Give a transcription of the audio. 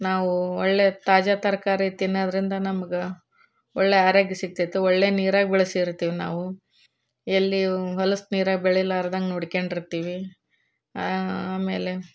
ನಾವು ಒಳ್ಳೆ ತಾಜಾ ತರಕಾರಿ ತಿನ್ನೋದರಿಂದ ನಮ್ಗೆ ಒಳ್ಳೆ ಆರೋಗ್ಯ ಸಿಗ್ತೈತೆ ಒಳ್ಳೆ ನೀರಾಗೆ ಬೆಳೆಸಿರ್ತೀವಿ ನಾವು ಎಲ್ಲಿ ಹೊಲಸು ನೀರಾಗೆ ಬೆಳೆಲಾರ್ದಂಗೆ ನೋಡ್ಕೊಂಡಿರ್ತಿವಿ ಆಮೇಲೆ